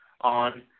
on